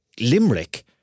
Limerick